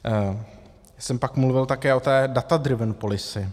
Já jsem pak mluvil také o té datadriven policy.